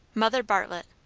mother bartlett.